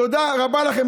תודה רבה לכם.